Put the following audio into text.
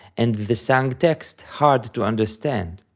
and the sung text hard to understand.